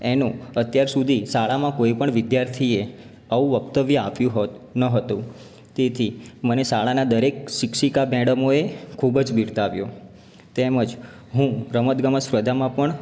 એનું અત્યાર સુધી શાળામાં કોઈ પણ વિદ્યાર્થીએ આવું વક્તવ્ય આપ્યું હોત ન હતું તેથી મને શાળાનાં દરેક શિક્ષિકા મૅડમોએ ખૂબ જ બિરદાવ્યો તેમજ હું રમતગમત સ્પર્ધામાં પણ